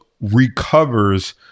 recovers